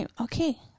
Okay